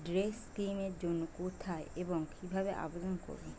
Day scheme এর জন্য কোথায় এবং কিভাবে আবেদন করব?